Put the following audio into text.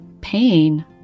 pain